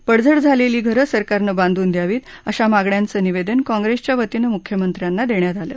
पडझड झालेली घरं सरकारनं बांधून द्यावीत अशा मागण्यांचं निवेदन काँप्रेसच्यावतीनं मुख्यमंत्र्यांना देण्यात आलं